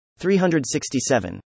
367